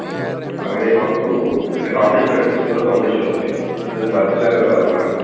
మాకు అదే మాకు అంటే కాంపిటీషన్ నడుస్తుంది స్కూల్లో కాంపిటీషన్ ఉంది దానికి బంచ్లాగా కావాలి మనకు